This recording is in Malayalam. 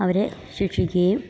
അവരെ ശിക്ഷിക്കുകയും